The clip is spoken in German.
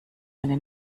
meine